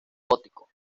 gótico